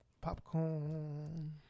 popcorn